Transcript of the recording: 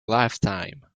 lifetime